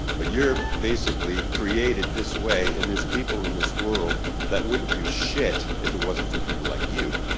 but you're basically created this way and there's people in this world that wouldn't do shit if it wasn't for people like you.